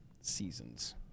Seasons